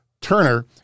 Turner